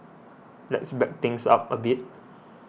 let's back things up a bit